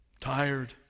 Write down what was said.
tired